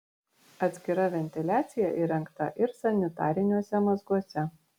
atskira ventiliacija įrengta ir sanitariniuose mazguose